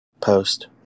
post